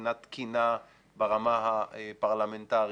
מבחינת תקינה ברמה הפרלמנטרית,